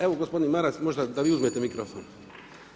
Evo, gospodine Maras, možda da vi uzmete mikrofon